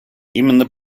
именно